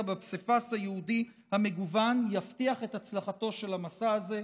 בפסיפס היהודי המגוון יבטיח את הצלחתו של המסע הזה.